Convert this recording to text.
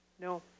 No